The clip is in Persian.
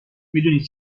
میدونی